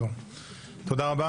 תודה רבה.